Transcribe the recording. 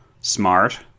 smart